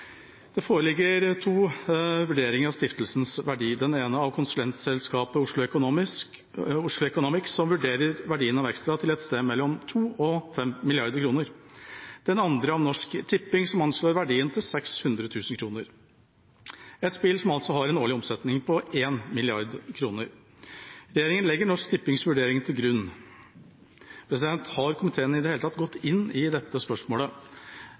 Det foreligger to vurderinger av stiftelsens verdi: den ene av konsulentselskapet Oslo Economics, som vurderer verdien av Extra til et sted mellom 2 mrd. kr og 5 mrd. kr, og den andre av Norsk Tipping, som anslår verdien til 600 000 kr – et spill som altså har en årlig omsetning på 1 mrd. kr. Regjeringa legger Norsk Tippings vurdering til grunn. Har komiteen i det hele tatt gått inn i dette spørsmålet?